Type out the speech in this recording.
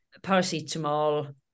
paracetamol